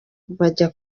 bajya